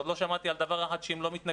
עוד לא שמעתי על דבר אחד שהם לא מתנגדים,